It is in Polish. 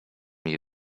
jej